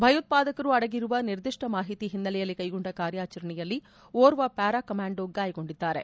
ಭಯೋತ್ಸಾದಕರು ಅಡಗಿರುವ ನಿರ್ದಿಷ್ಟ ಮಾಹಿತಿ ಹಿನ್ನೆಲೆಯಲ್ಲಿ ಕೈಗೊಂಡ ಕಾರ್್ಯಾಚರಣೆಯಲ್ಲಿ ಓರ್ವ ಪ್ಯಾರಾ ಕಮ್ಯಾಂಡೋ ಗಾಯಗೊಂಡಿದ್ದಾರೆ